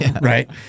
right